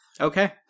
Okay